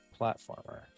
platformer